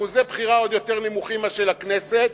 אחוזי בחירה עוד יותר נמוכים משל הכנסת,